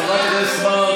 חברת הכנסת מארק,